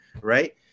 right